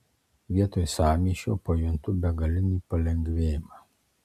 vietoj sąmyšio pajuntu begalinį palengvėjimą